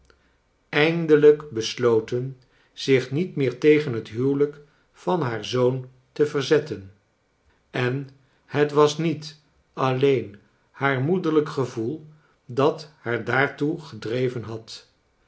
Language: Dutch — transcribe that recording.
eindelijk besloten zich niet meer tegen het huwelijk van haar zoon te verzet ten en het was niet alleen haar moederlijk gevoe dat haar daartoe gedreven had